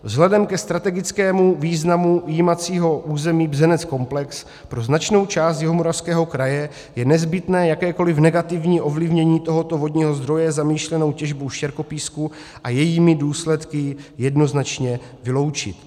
Vzhledem ke strategickému významu jímacího území Bzeneckomplex pro značnou část Jihomoravského kraje je nezbytné jakékoliv negativní ovlivnění tohoto vodního zdroje zamýšlenou těžbou štěrkopísku a jejími důsledky jednoznačně vyloučit.